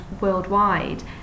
worldwide